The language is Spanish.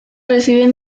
reciben